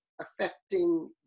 affecting